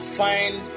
find